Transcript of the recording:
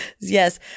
Yes